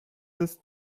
ist